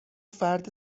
فرد